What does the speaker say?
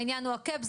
העניין הוא הקאפ,